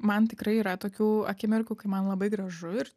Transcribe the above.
man tikrai yra tokių akimirkų kai man labai gražu ir